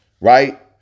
right